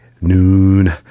noon